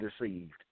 deceived